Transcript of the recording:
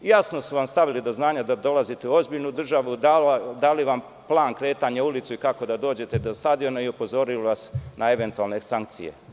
Jasno su vam stavili do znanja da dolazite u ozbiljnu državu, dali vam plan kretanja i ulicu i kako da dođete do stadiona i upozorili vas na eventualne sankcije.